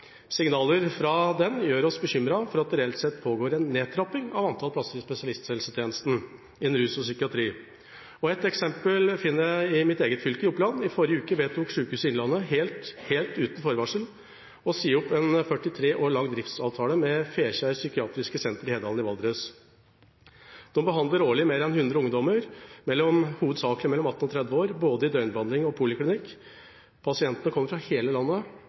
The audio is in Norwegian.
Signaler fra den gjør oss bekymret for at det reelt sett pågår en nedtrapping av antall plasser i spesialisthelsetjenesten innen rus og psykiatri. Et eksempel finner jeg i mitt eget fylke, Oppland. I forrige uke vedtok Sykehuset Innlandet helt uten forvarsel å si opp en 43 år lang driftsavtale med Fekjær psykiatriske senter i Hedalen i Valdres. De behandler årlig mer enn 100 ungdommer, hovedsakelig mellom 18 og 30 år, både i døgnbehandling og poliklinikk. Pasientene kommer fra hele landet,